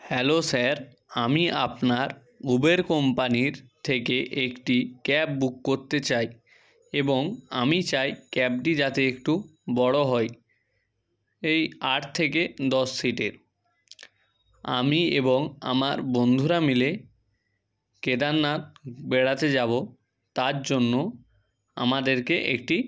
hello sir আমি আপনার Uber কোম্পানির থেকে একটি ক্যাব বুক করতে চাই এবং আমি চাই ক্যাবটি যাতে একটু বড়ো হয় এই আট থেকে দশ সিটের আমি এবং আমার বন্ধুরা মিলে কেদারনাথ বেড়াতে যাবো তার জন্য আমাদেরকে একটি